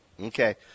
Okay